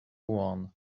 one